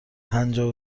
پجاه